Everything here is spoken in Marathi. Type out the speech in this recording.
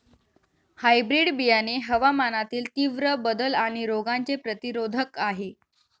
हायब्रीड बियाणे हवामानातील तीव्र बदल आणि रोगांचे प्रतिरोधक आहे